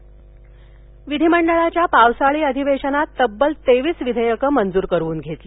बापट विधीमंडळाच्या पावसाळी अधिवेशनात तब्बल तेवीस विधेयकं मंजूर करवून घेतली